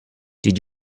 did